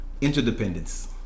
interdependence